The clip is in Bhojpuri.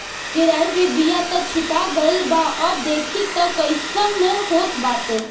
केराई के बिया त छीटा गइल बा अब देखि तअ कइसन होत बाटे